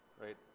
right